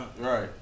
Right